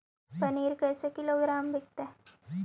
पनिर कैसे किलोग्राम विकतै?